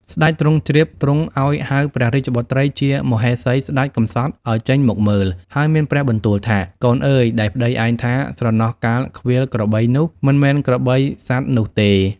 ស្តេចទ្រង់ជ្រាបទ្រង់អោយហៅព្រះរាជបុត្រីជាមហេសីស្តេចកំសត់អោយចេញមកមើល ហើយមានព្រះបន្ទូលថា “កូនអើយដែលប្តីឯងថា ស្រណោះកាលឃ្វាលក្របីនោះ មិនមែនក្របីសត្វនោះទេ។